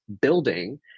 building